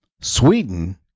Sweden